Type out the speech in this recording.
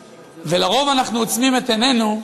לרוב אנחנו עוצמים את עינינו,